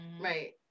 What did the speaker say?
Right